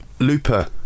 Looper